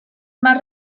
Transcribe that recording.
más